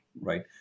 right